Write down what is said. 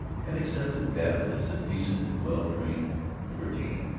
and accepted babbitt as a decent and well-trained libertine.